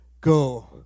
go